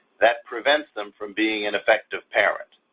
that prevents them from being an effective parent.